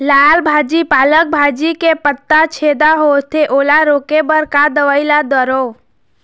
लाल भाजी पालक भाजी के पत्ता छेदा होवथे ओला रोके बर का दवई ला दारोब?